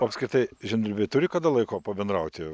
apskritai žemdirbiai turi kada laiko pabendrauti